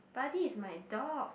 Buddy is my dog